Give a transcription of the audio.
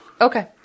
Okay